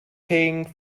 pink